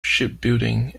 shipbuilding